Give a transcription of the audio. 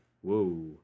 whoa